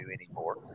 anymore